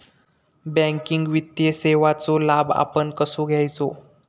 Banking वित्तीय सेवाचो लाभ आपण कसो घेयाचो?